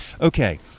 Okay